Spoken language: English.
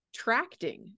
tracting